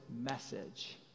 message